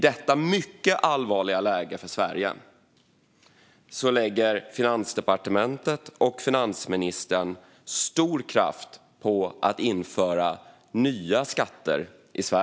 I detta mycket allvarliga läge för Sverige lägger Finansdepartementet och finansministern stor kraft på att införa nya skatter.